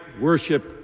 worship